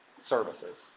services